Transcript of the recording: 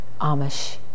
Amish